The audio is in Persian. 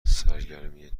سرگرمی